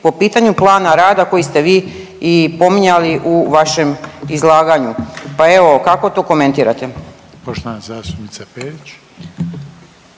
po pitanju plana rada koji ste vi i pominjali u vašem izlaganju. Pa evo kako to komentirate?